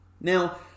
Now